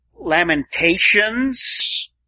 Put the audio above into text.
Lamentations